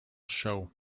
show